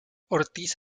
ortiz